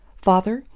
father,